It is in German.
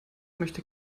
möchte